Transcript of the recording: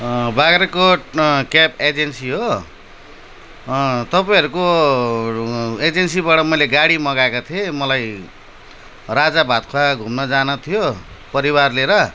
Bagrakot cab agency हो तपाईँहरूको एजेन्सीबाट मैले गाडी मगाएको थिएँ मलाई राजा भातखावा घुम्न जानु थियो परिवार लिएर